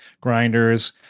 grinders